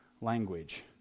language